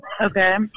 Okay